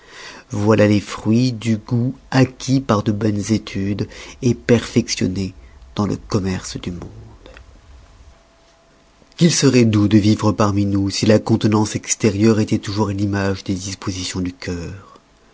voilà les fruits du goût acquis par de bonnes études perfectionné dans le commerce du monde qu'il seroit doux de vivre parmi nous si la contenance extérieure étoit toujours l'image des dispositions du cœur